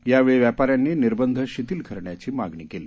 यावेळी व्यापाऱ्यांनी निर्बंध शिथिल करण्याची मागणी केली